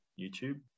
YouTube